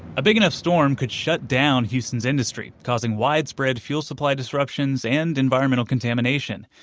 a big enough storm could shut down houston's industry, causing widespread fuel supply disruptions and environmental contamination.